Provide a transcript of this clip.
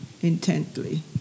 intently